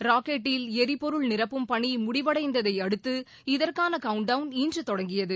ராக்கெட்டில் எரிபொருள் நிரப்பும் பணி முடிவடைந்ததை அடுத்து இதற்கான கவுண்ட் டவுன் இன்று தொடங்கியது